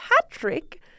Patrick